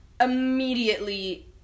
immediately